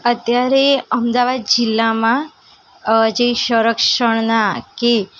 અત્યારે અમદવાદ જિલ્લામાં અ જે સંરક્ષણના કે